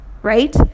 Right